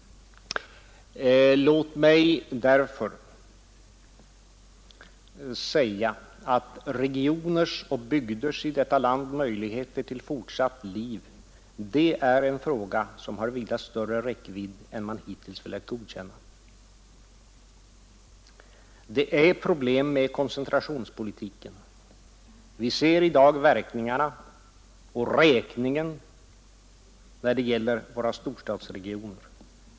Regioners och bygders i detta land möjligheter till fortsatt liv är en fråga som har vida större räckvidd än man hittills velat vidkännas. Det är ett problem med koncentrationspolitiken. Vi ser i dag verkningarna och räkningen när det gäller våra storstadsregioner.